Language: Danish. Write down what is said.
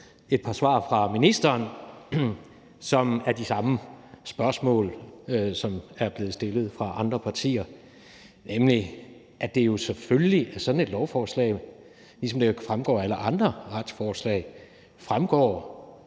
et par svar fra ministeren med de samme spørgsmål, som er blevet stillet fra andre partier. Det fremgår jo selvfølgelig af sådan et lovforslag, ligesom det fremgår af alle andre retsforslag, hvad